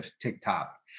TikTok